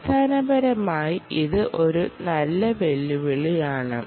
അടിസ്ഥാനപരമായി ഇത് ഒരു നല്ല വെല്ലുവിളിയാണ്